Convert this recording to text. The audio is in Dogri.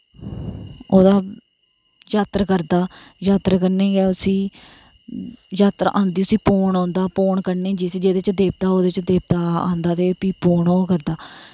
ओह्दा जात्तर करदा जात्तर कन्नै गै उसी जात्तर आंदी उसी पौन आंदा पौन कन्नै जिसी जेह्दे च देवता ओह्दे च देवता आंदा ते फ्ही पौन ओ करदा